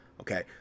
Okay